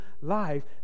life